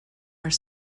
are